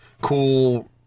cool